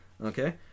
Okay